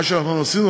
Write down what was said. מה שאנחנו עשינו,